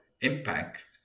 Impact